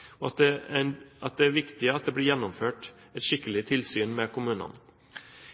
kommuner bryter barnevernsloven, og at det er viktig at det blir gjennomført et skikkelig tilsyn med kommunene.